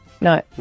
No